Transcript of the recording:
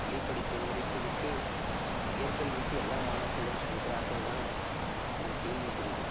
பள்ளிப் படிப்பை முடித்து விட்டு உயர்கல்விக்கு எல்லாம் மாணவர்களும் செல்கிறார்கள்னால் ஒரு கேள்விக்குறி தான்